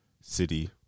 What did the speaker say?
city